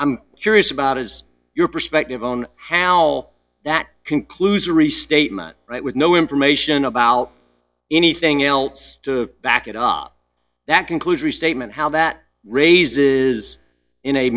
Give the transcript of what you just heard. i'm curious about is your perspective on how that conclusion restatement but with no information about anything else to back it off that conclusion a statement how that raises in a